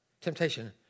temptation